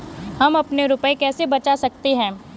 हम अपने रुपये कैसे बचा सकते हैं?